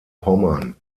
pommern